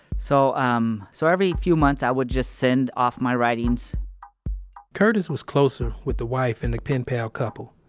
so, um, so every few months, i would just send off my writings curtis was closer with the wife in the pen pal couple.